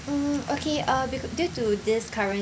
mm okay uh bec~ uh due to this current